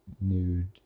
nude